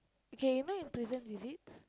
okay you know in prison visits